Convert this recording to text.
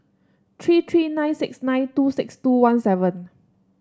three three nine six nine two six two one seven